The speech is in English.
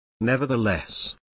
Nevertheless